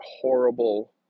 horrible